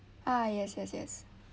ah yes yes yes